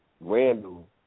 Randall